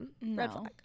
No